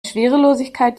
schwerelosigkeit